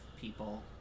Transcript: people